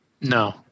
No